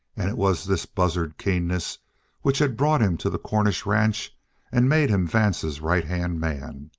and it was this buzzard keenness which had brought him to the cornish ranch and made him vance's right-hand man.